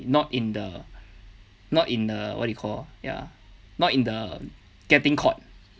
not in the not in the what you call ya not in the getting caught